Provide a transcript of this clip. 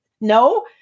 no